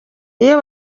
iyo